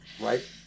right